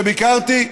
שביקרתי,